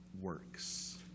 works